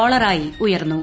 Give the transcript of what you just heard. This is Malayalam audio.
ഡോളറായി ഉയർന്നു